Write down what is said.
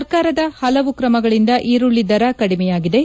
ಸರ್ಕಾರದ ಹಲವು ಕ್ರಮಗಳಿಂದ ಈರುಳ್ಳಿ ದರ ಕೆಡಿಮೆಯಾಗಿದೆ